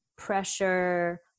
Pressure